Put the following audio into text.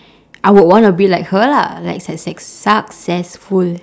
I would wanna be like her lah like success~ successful